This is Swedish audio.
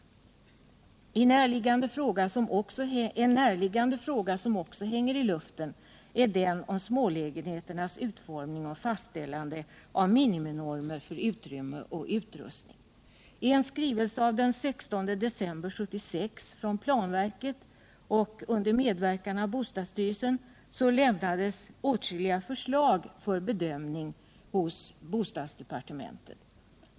En närliggande fråga som också hänger i luften är den om smålägenheternas utformning och fastställandet av miniminormer för utrymme och utrustning. I en skrivelse av den 16 december 1976 från planverket under medverkan av bostadsstyrelsen lämnades åtskilliga förslag till bostadsdepartementet för bedömning.